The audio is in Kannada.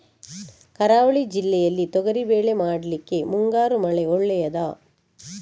ಕರಾವಳಿ ಜಿಲ್ಲೆಯಲ್ಲಿ ತೊಗರಿಬೇಳೆ ಮಾಡ್ಲಿಕ್ಕೆ ಮುಂಗಾರು ಮಳೆ ಒಳ್ಳೆಯದ?